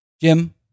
Jim